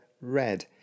red